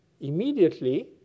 Immediately